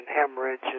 hemorrhage